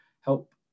help